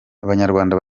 abanyarwanda